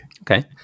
Okay